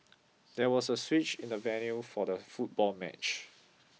there was a switch in the venue for the football match